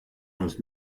has